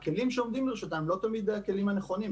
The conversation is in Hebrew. הכלים שעומדים לרשותן הם לא תמיד הכלים הנכונים.